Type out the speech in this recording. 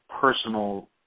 personal